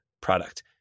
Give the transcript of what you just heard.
product